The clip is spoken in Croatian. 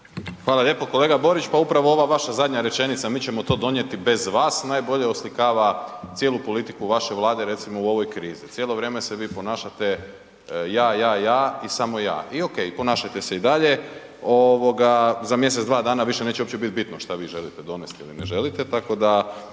Hvala lijepo. Kolega Borić, pa upravo ova vaša zadnja rečenica, mi ćemo to donijeti bez vas najbolje oslikava cijelu politiku vaše Vlade recimo u ovoj krizi, cijelo vrijeme se vi ponašate ja, ja, ja i samo ja i okej i ponašajte se i dalje. Ovoga, za mjesec dva dana više neće uopće bit bitno šta vi želite donest il ne želite,